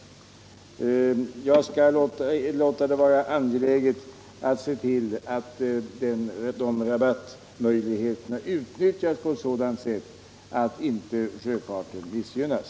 Jag skall låta det vara angeläget att se till att de rabattmöjligheterna utnyttjas på ett sådant sätt att inte sjöfarten missgynnas.